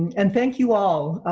and thank you all,